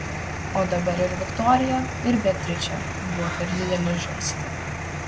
o dabar ir viktorija ir beatričė buvo per didelės žaisti